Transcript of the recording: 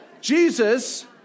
Jesus